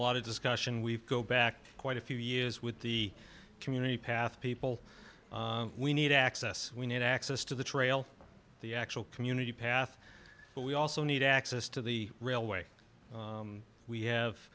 lot of discussion we've go back quite a few years with the community path people we need access we need access to the trail the actual community path but we also need access to the railway